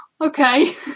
okay